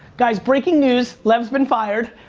guys, breaking news, lev's been fired.